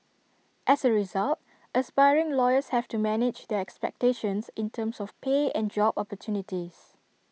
as A result aspiring lawyers have to manage their expectations in terms of pay and job opportunities